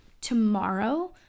tomorrow